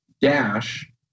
dash